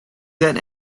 that